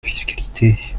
fiscalité